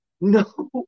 No